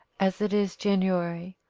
as it is january,